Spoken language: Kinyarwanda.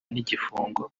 n’igifungo